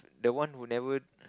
the one who never